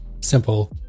simple